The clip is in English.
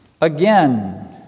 Again